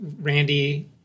Randy